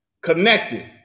Connected